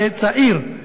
כצעיר,